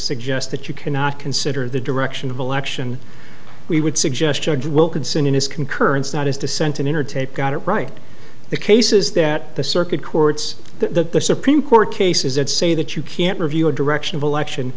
suggest that you cannot consider the direction of election we would suggest judge wilkinson in his concurrence not his dissent and entertain it got it right the case is that the circuit courts that the supreme court cases that say that you can't review a direction of election